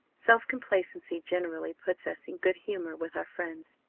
self-complacency generally puts us in good-humour with our friends.